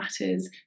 matters